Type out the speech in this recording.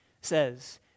says